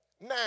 now